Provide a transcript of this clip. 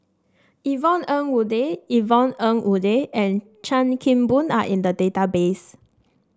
Yvonne Ng Uhde Yvonne Ng Uhde and Chan Kim Boon are in the database